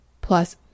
plus